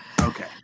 Okay